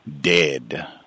dead